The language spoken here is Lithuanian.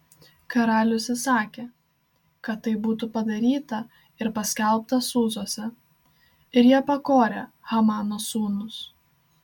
karalius įsakė kad tai būtų padaryta ir paskelbta sūzuose ir jie pakorė hamano sūnus